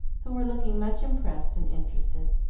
who were looking much impressed and interested.